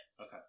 Okay